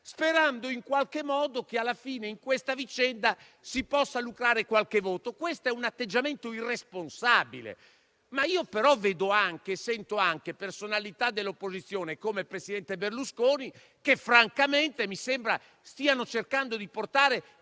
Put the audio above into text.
sperando in qualche modo che alla fine in questa vicenda si possa lucrare qualche voto. Questo è un atteggiamento irresponsabile. Vedo e sento anche però personalità dell'opposizione, come il presidente Berlusconi, che mi sembra francamente stiano cercando di portare